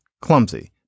Clumsy